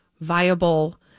viable